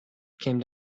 came